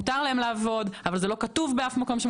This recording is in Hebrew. מותר להם לעבוד, אבל זה לא כתוב באף מקום.